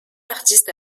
artiste